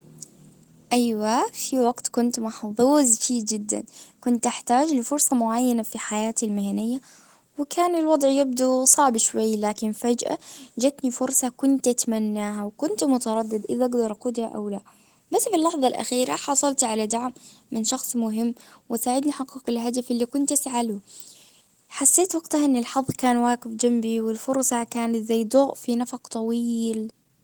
ايوة في وقت كنت محظوظ فيه جدا. كنت احتاج لفرصة معينة في حياتي المهنية. وكان الوضع يبدو صعب شوي لكن فجأة جتني فرصة كنت اتمناها وكنت متردد اذا اقدر اخذها او لا. لكن اللحظة الاخيرة حصلت على دعم من شخص مهم. وساعدني احقق الهدف اللي كنت اسعى له حسيت وقتها ان الحظ كان واقف جنبي والفرصة كانت زي ضوء في نفق طويل